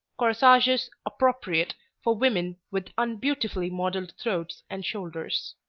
corsages appropriate for women with unbeautifully modelled throats and shoulders.